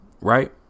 Right